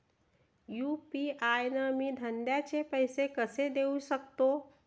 UPI न मी धंद्याचे पैसे कसे देऊ सकतो?